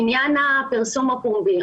עניין הפרסום הפומבי.